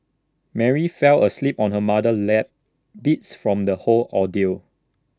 Mary fell asleep on her mother's lap beats from the whole ordeal